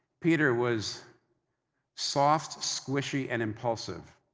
peter was soft, squishy, and impulsive.